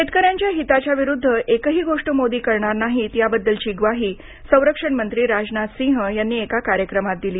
शेतकऱ्यांच्या हिताच्या विरुद्ध एकही गोष्ट मोदी करणार नाहीत याबद्दलची ग्वाही संरक्षण मंत्री राजनाथ सिंह यांनी एका कार्यक्रमात दिली